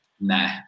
Nah